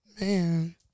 Man